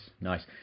nice